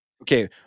Okay